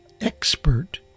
expert